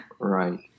Right